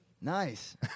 Nice